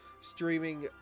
streaming